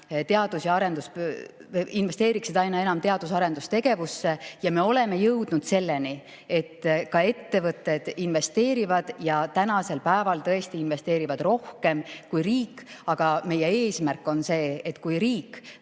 et ka ettevõtted investeeriksid aina enam teadus- ja arendustegevusse. Me oleme jõudnud selleni, et ka ettevõtted investeerivad, ja tänasel päeval tõesti investeerivad rohkem kui riik. Aga meie eesmärk on see, et kui riik